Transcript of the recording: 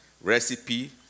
recipe